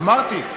אמרתי.